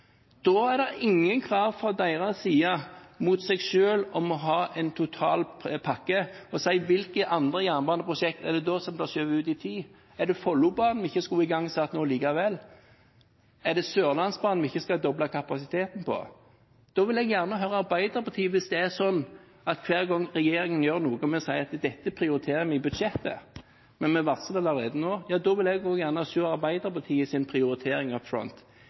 Da stiller de ingen krav til seg selv om å ha en totalpakke og si hvilke andre jernbaneprosjekt det da er som blir skjøvet ut i tid. Er det Follobanen vi ikke skulle igangsatt nå likevel? Er det Sørlandsbanen vi ikke skal doble kapasiteten på? Hvis det er sånn at hver gang regjeringen gjør noe og vi sier at dette prioriterer vi i budsjettet, men vi varsler det allerede nå – da vil jeg òg gjerne se Arbeiderpartiets prioritering up front.